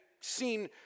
seen